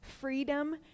freedom